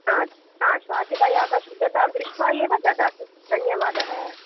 हा हा शाटिकायाः शुद्धतां दृष्ट्वा एव ददातु धन्यवादः